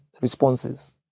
responses